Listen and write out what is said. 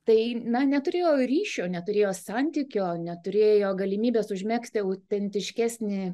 tai na neturėjo ryšio neturėjo santykio neturėjo galimybės užmegzti autentiškesnė